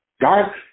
God